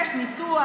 יש ניתוח,